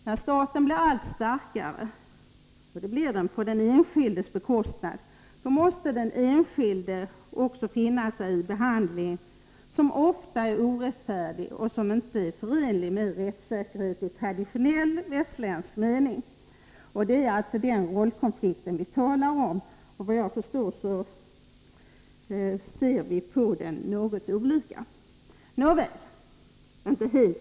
När staten blir allt starkare, på den enskildes bekostnad, måste också den enskilde finna sig i en behandling som ofta är orättfärdig och inte är förenlig med rättssäkerhet i traditionell västerländsk mening. Det är alltså den rollkonflikten vi talar om, och såvitt jag förstår ser vi något olika på den.